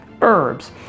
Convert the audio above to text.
herbs